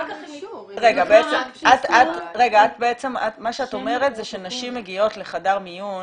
רגע, מה שאת אומרת זה שנשים מגיעות לחדר מיון